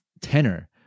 tenor